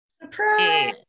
Surprise